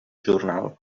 jornal